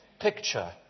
picture